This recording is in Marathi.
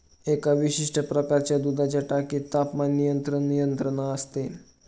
एका विशिष्ट प्रकारच्या दुधाच्या टाकीत तापमान नियंत्रण यंत्रणा असते